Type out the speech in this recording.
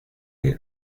que